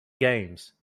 games